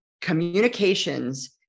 communications